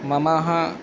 मम